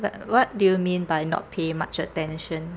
but what do you mean by not pay much attention